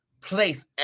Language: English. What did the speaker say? place